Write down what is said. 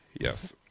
Yes